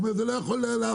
הוא אמר: זה לא יכול לעבוד.